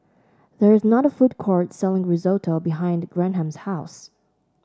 there is not food court selling Risotto behind Graham's house